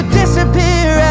disappear